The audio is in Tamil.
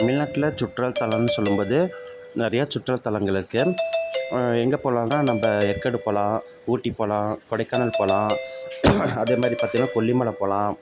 தமிழ்நாட்டுல சுற்றுலாத்தலம்னு சொல்லும் போது நிறையா சுற்றுலாத்தலங்கள் இருக்கு எங்கே போகலாம்னா நம்ப ஏற்காடு போகலாம் ஊட்டி போகலாம் கொடைக்கானல் போகலாம் அதே மாதிரி பார்த்திங்கன்னா கொல்லிமலை போகலாம்